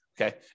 okay